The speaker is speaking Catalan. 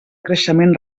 creixement